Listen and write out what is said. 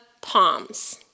Palms